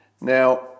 Now